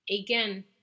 again